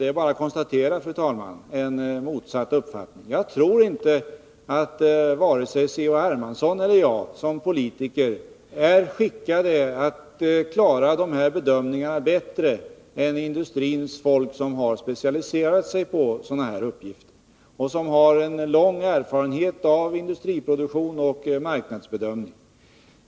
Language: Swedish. Det är bara att konstatera, fru talman. Jag tror att inte vare sig C.-H. Hermansson eller jag som politiker är skickade att klara dessa bedömningar bättre än industrins folk, som har specialiserat sig på sådana här uppgifter och som har en lång erfarenhet av industriproduktion och marknadsbedömningar.